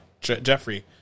Jeffrey